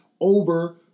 over